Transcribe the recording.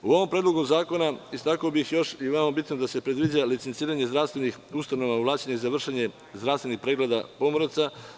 U ovom Predlogu zakona istakao bih još i veoma bitno da se predviđa licenciranje zdravstvenih ustanova ovlašćenih za vršenje zdravstvenih pregleda pomoraca.